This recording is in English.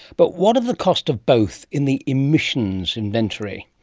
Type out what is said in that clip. but what are the cost of both in the emissions inventory?